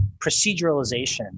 proceduralization